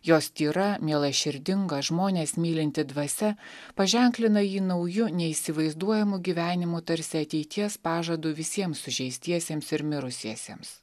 jos tyra mielaširdinga žmones mylinti dvasia paženklina jį nauju neįsivaizduojamu gyvenimu tarsi ateities pažadu visiems sužeistiesiems ir mirusiesiems